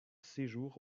séjour